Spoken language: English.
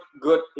good